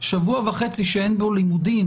שבוע וחצי שאין בהם לימודים,